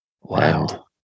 Wow